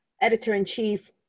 editor-in-chief